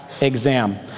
exam